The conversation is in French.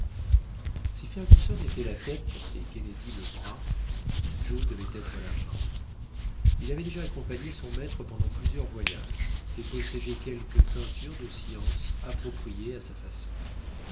si fergusson était la tête et kennedy le bras joe devait être la main il avait déjà accompagné son maître pendant plusieurs voyages et possédait quelque teinture de science appropriée à sa façon